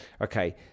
Okay